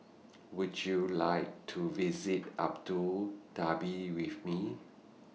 Would YOU like to visit Abu Dhabi with Me